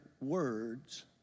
words